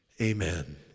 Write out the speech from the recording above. Amen